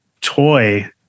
toy